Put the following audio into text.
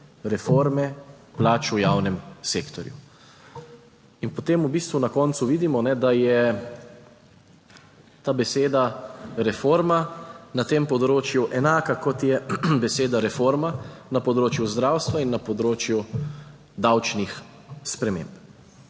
reforme plač v javnem sektorju. In potem v bistvu na koncu vidimo, da je ta beseda reforma na tem področju enaka kot je beseda reforma na področju zdravstva in na področju davčnih sprememb.